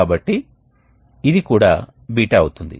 కాబట్టి మంచి మొత్తంలో ఉష్ణ మార్పిడి జరుగుతుంది